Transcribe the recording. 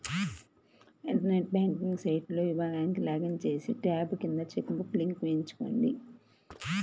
internet banking సైట్లోని విభాగానికి login చేసి, ట్యాబ్ కింద చెక్ బుక్ లింక్ ఎంచుకోండి